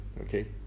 Okay